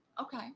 Okay